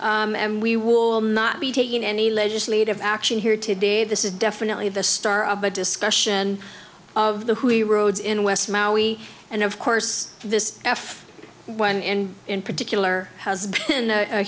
roads and we will not be taking any legislative action here today this is definitely the star of a discussion of the who he rode in west maui and of course this f one in particular has